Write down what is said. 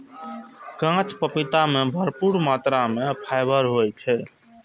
कांच पपीता मे भरपूर मात्रा मे फाइबर होइ छै